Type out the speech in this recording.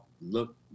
look